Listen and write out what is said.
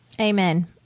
Amen